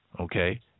okay